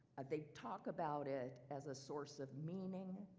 they talk about it as a source of meaning,